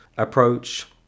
approach